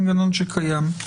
מנגנון שקיים?